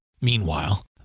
Meanwhile